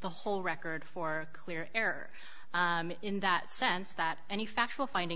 the whole record for clear error in that sense that any factual finding